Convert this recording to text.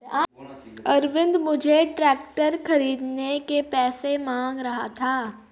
अरविंद मुझसे ट्रैक्टर खरीदने के पैसे मांग रहा था